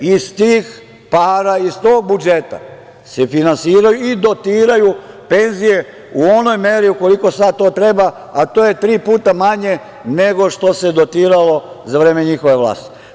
Iz tih para i iz tog budžeta se finansiraju i dotiraju penzije u onoj meri koliko sada to treba, a to je tri puta manje nego što se dotiralo za vreme njihove vlasti.